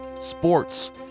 sports